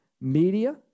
Media